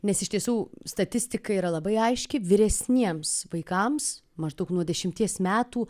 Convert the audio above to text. nes iš tiesų statistika yra labai aiški vyresniems vaikams maždaug nuo dešimties metų